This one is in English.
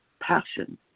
passion